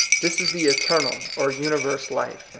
this is the eternal, or universe-life.